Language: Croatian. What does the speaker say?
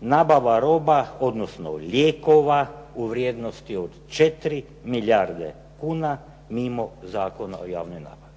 Nabava roba odnosno lijekova u vrijednosti od 4 milijarde kuna mimo Zakona o javnoj nabavi.